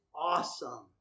awesome